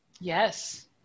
Yes